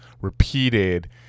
repeated